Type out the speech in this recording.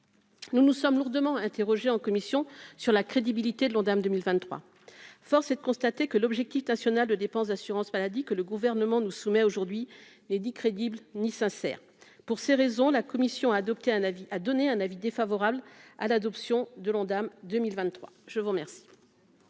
nous nous sommes lourdement interrogé en commission sur la crédibilité de l'Ondam 2023, force est de constater que l'objectif national de dépenses d'assurance maladie, que le gouvernement nous soumet aujourd'hui les 10 crédibles ni sincères pour ces raisons, la commission a adopté un avis à donner un avis défavorable à l'adoption de l'Ondam 2023 je vous remercie.